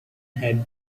had